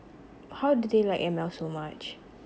how do they like M_L so much